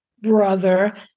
brother –